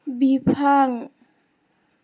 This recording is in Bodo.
बिफां